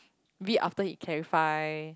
maybe after he clarify